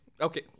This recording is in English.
Okay